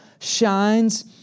shines